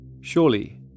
Surely